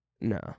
no